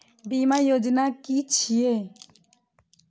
बीमा योजना कि छिऐ?